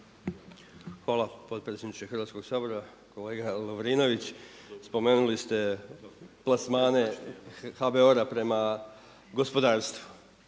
Hvala, potpredsjedniče Hrvatskoga sabora. Kolega Lovrinović spomenuli ste plasmane HBOR-a prema gospodarstvu.